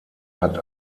hat